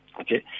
Okay